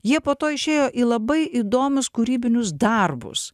jie po to išėjo į labai įdomius kūrybinius darbus